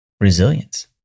resilience